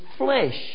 flesh